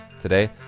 Today